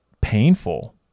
painful